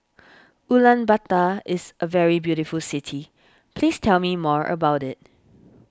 Ulaanbaatar is a very beautiful city please tell me more about it